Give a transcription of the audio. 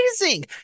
amazing